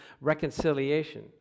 reconciliation